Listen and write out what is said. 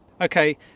Okay